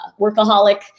workaholic